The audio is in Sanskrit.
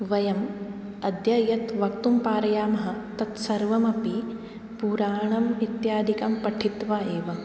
वयम् अद्य यत् वक्तुं पारयामः तत् सर्वम् अपि पुराणम् इत्यादिकं पठित्वा एव